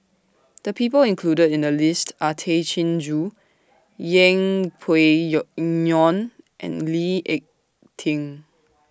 The People included in The list Are Tay Chin Joo Yeng Pway Yo Ngon and Lee Ek Tieng